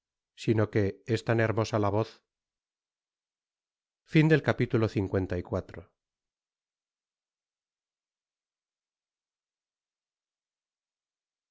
sino que es tan hermosa la voz